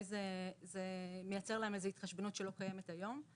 זה מייצר להם איזו התחשבנות שלא קיימת היום.